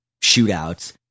shootouts